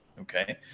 Okay